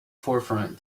forefront